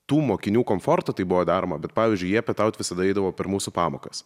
tų mokinių komforto tai buvo daroma bet pavyzdžiui jie pietaut visada eidavo per mūsų pamokas